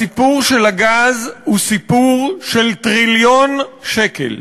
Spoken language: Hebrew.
הסיפור של הגז הוא סיפור של טריליון שקל,